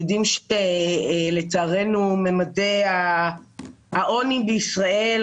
לצערנו ממדי העוני בישראל,